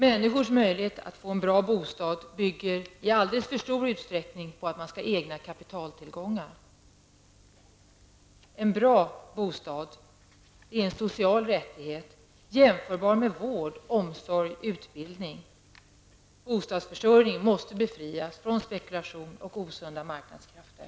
Människors möjlighet att få en bra bostad bygger i alldeles för stor utsträckning på att de skall ha egna kapitaltillgångar. En bra bostad är en social rättighet jämförbar med vård, omsorg och utbildning. Bostadsförsörjningen måste befrias från spekulation och osunda marknadskrafter.